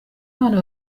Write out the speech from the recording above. abana